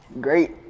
Great